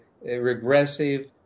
regressive